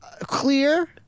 clear